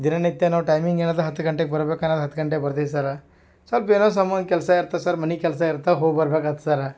ದಿನ ನಿತ್ಯ ನಾವು ಟೈಮಿಂಗ್ ಎನಾದ ಹತ್ತು ಗಂಟೆಗೆ ಬರ್ಬೇಕು ಅನ್ನೋದು ಹತ್ತು ಗಂಟೆಗೆ ಬರ್ತೀವಿ ಸರ ಸ್ವಲ್ಪ್ ಏನೋ ಸಮ ಕೆಲಸ ಇರ್ತದೆ ಸರ್ ಮನೆ ಕೆಲಸ ಇರ್ತವೆ ಹೋಗಿ ಬರ್ಬೇಕಾತು ಸರ